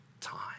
time